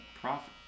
profit